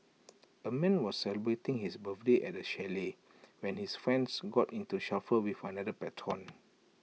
A man was celebrating his birthday at A chalet when his friends got into shuffle with another patron